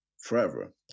forever